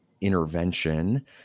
intervention